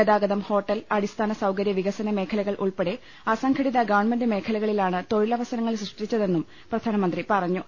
ഗതാഗതം ഹോട്ടൽ അടിസ്ഥാനസൌകര്യവികസന മേഖലകൾ ഉൾപ്പെടെ അസം ഘടിത ഗവൺമെന്റ് മേഖലകളിലാണ് തൊഴിലവസരങ്ങൾ സൃഷ്ടിച്ചതെന്നും പ്രധാ നമന്ത്രി പറഞ്ഞു